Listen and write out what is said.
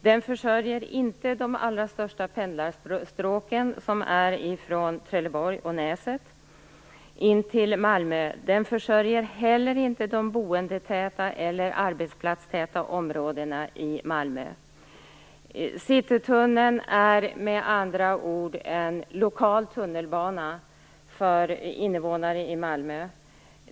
Den försörjer inte de allra största pendlarstråken från Trelleborg och Näset till Malmö. Den försörjer heller inte de boendetäta eller arbetsplatstäta områdena i Malmö. Citytunneln är med andra ord en lokal tunnelbana för invånare i Malmö.